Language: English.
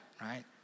right